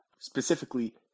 specifically